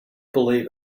believe